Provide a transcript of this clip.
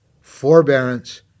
forbearance